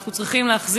אנחנו צריכים,